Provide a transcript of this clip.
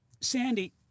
Sandy